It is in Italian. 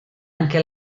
anche